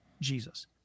Jesus